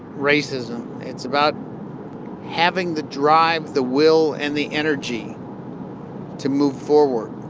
racism. it's about having the drive, the will, and the energy to move forward.